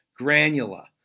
granula